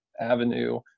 avenue